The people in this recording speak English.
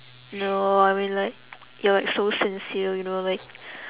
no I mean like you're like so sincere you know like